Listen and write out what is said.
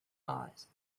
eyes